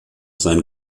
sein